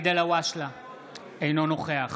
אינו נוכח